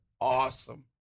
awesome